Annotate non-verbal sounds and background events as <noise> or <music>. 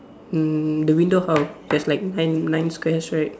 mm the window how <noise> there's like nine nine squares right